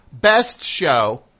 BESTSHOW